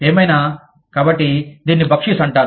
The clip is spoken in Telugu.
ఏమైనా కాబట్టి దీనిని బక్షీష్ అంటారు